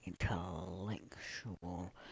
intellectual